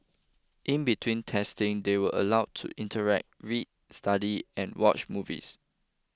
in between testing they were allowed to interact read study and watch movies